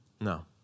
No